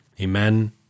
Amen